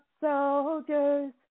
Soldiers